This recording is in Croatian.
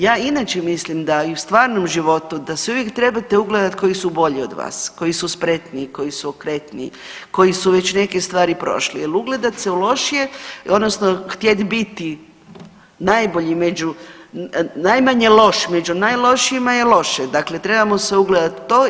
Ja inače mislim da i u stvarnom životu da se uvijek trebate ugledati koji su bolji od vas, koji su spretniji, koji su okretniji, koji su već neke stvari prošli jer ugledat se u lošije odnosno htjet biti najmanje loš među najlošijima je loše, dakle trebamo se ugledati u to.